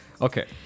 Okay